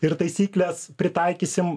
ir taisykles pritaikysim